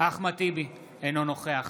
אינו נוכח